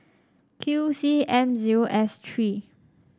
Q C M zero S three